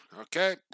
okay